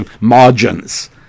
margins